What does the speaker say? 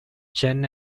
chen